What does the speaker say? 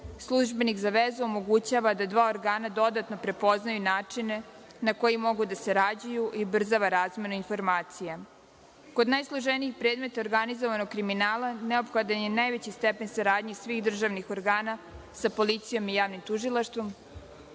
Službenik za vezu omogućava da dva organa dodatno prepoznaju način na koje mogu da sarađuju i ubrzava razmenu informacija. Kod najsloženijih predmeta organizovanog kriminala neophodan je najveći stepen saradnje i svih državnih organa sa policijom i javnim tužilaštvom